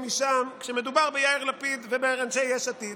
משם כשמדובר ביאיר לפיד ובאנשי יש עתיד.